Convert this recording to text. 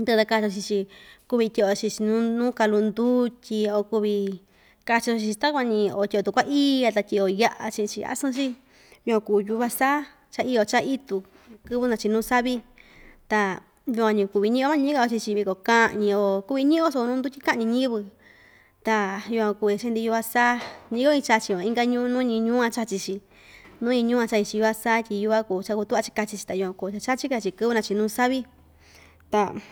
ndɨꞌɨ ta kachi‑yoo chii‑chi kuvi tyiꞌi‑yo chichi nuu nuu kalu ndutyi o kuvi kachi‑yo chii‑chi takuan‑ñi oo tyiꞌi‑yo tukuaiya ta tyiꞌi‑yo yaꞌa chiꞌin‑chi asɨn‑chi yukuan kuu yuva saa chaa iyo chaꞌa itu kɨvɨ nachinu savi ta yukuan‑ñi kuvi ñiꞌi‑yo mañiꞌi‑ka‑yo chiichi, viko kaꞌñi oo kuvi ñiꞌi‑yo so nuu ndutyi kaꞌñi ñiyɨvɨ ta yukuan kui chiꞌi‑ndi yuva saa ñayoo‑ñi chachi van inka ñuu nuu‑ñi ñuu a chachi‑chi nuu‑ñi ñuua chai‑chi yuva saa tyi yuva kuu chaa kutuꞌva‑chi ta yukuan kuu ñaa chachika‑chi kɨvɨ naa chiñu savi ta.